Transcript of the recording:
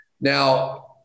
Now